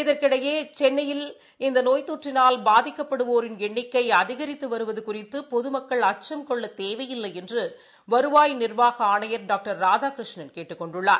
இதற்கிடையேசென்னையில் இந்தநோய் தொற்றினால் பாதிக்கப்படுவோரின் எண்ணிக்கைஅதிகரித்துவருவதுகுறித்துபொதுமக்கள் அச்சம் கொள்ளத் தேவையில்லைஎன்றுவருவாய் நிர்வாகஆணையர் டாக்டர் ராதாகிருஷ்ணன் கேட்டுக் கொண்டுள்ளார்